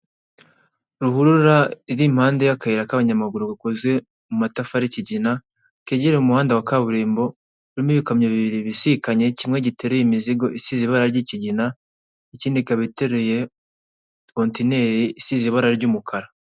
Ruhurura iri impande y'akayira k'abanyamaguru gakoze mu matafari y'ikigina kegereye umuhanda wa kaburimbo urimo ibikamyo bibiri bisikanye kimwe gitereye imizigo isize ibara ry'ikigina ikindi kaba iteruye kontineri isize ibara ry'umukara.